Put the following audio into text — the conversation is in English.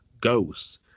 ghosts